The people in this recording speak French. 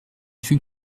fut